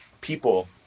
people